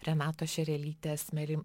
renatos šerelytės meri